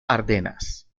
ardenas